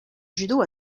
judo